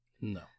No